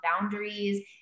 boundaries